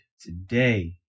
today